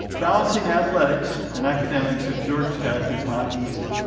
balancing athletics and academics at georgia tech is not easy.